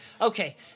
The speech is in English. Okay